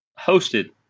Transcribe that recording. hosted